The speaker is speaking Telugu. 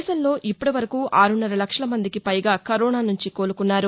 దేశంలో ఇప్పటివరకు ఆరున్నర లక్షల మందికి పైగా కరోనా నుంచి కోలుకున్నారు